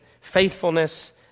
faithfulness